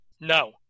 No